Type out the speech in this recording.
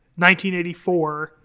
1984